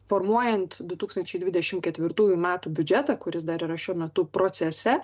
formuojant du tūkstančiai dvidešim ketvirtųjų metų biudžetą kuris dar yra šiuo metu procese